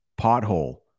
Pothole